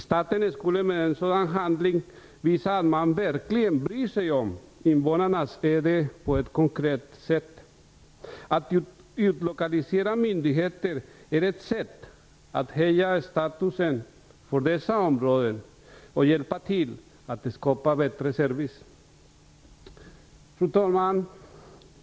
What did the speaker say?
Staten skulle med en sådan handling visa att man verkligen bryr sig om invånarnas öde på ett konkret sätt. Att utlokalisera myndigheter är ett sätt att höja statusen för dessa områden och hjälpa till att skapa bättre service. Fru talman!